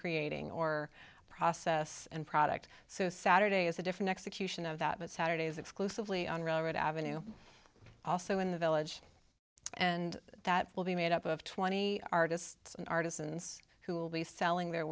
creating or process and product so saturday is a different execution of that but saturdays exclusively on railroad avenue also in the village and that will be made up of twenty artists and artisans who will be selling their